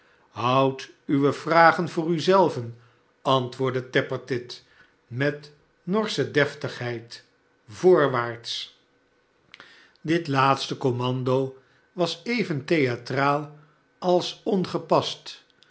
shoud uwe vragen voor u zelven antwoordde tappertit met norsche deftigheid voorwaarts dit laatste commando was even theatraal als ongepast